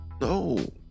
no